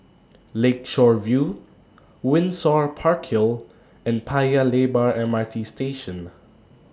Lakeshore View Windsor Park Hill and Paya Lebar MRT Station